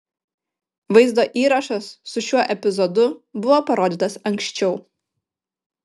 vaizdo įrašas su šiuo epizodu buvo parodytas anksčiau